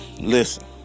Listen